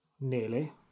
Nearly